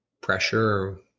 pressure